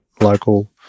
local